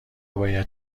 باید